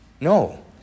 No